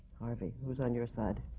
harvey, who's on your side?